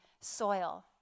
soil